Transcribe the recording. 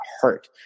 hurt